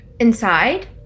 Inside